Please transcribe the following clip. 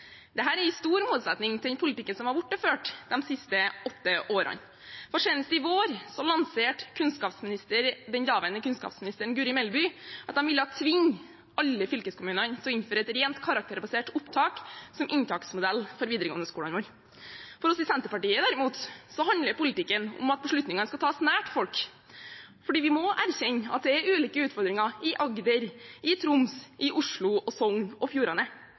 er i stor motsetning til den politikken som har vært ført de siste åtte årene. Senest i vår lanserte den daværende kunnskapsministeren Guri Melby at de ville tvinge alle fylkeskommunene til å innføre et rent karakterbasert opptak som inntaksmodell for de videregående skolene våre. For oss i Senterpartiet, derimot, handler politikken om at beslutningene skal tas nært folk, fordi vi må erkjenne at det er ulike utfordringer i Agder, i Troms, i Oslo og i Sogn og Fjordane.